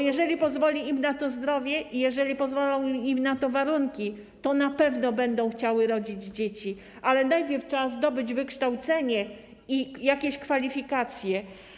Jeżeli pozwoli im na to zdrowie i jeżeli pozwolą im na to warunki, to na pewno będą chciały rodzić dzieci, ale najpierw trzeba zdobyć wykształcenie i jakieś kwalifikacje.